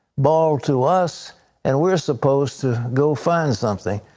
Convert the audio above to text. ball to us and we're supposed to go find something.